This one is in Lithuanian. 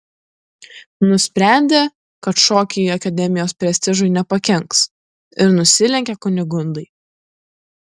nusprendė kad šokiai akademijos prestižui nepakenks ir nusilenkė kunigundai